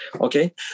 okay